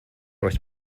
was